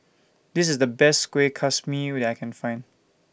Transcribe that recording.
This IS The Best Kueh Kaswi that I Can Find